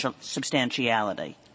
substantiality